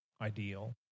ideal